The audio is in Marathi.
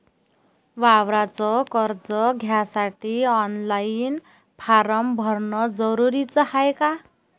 वावराच कर्ज घ्यासाठी ऑनलाईन फारम भरन जरुरीच हाय का?